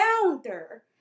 founder